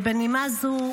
ובנימה זו,